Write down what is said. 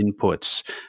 inputs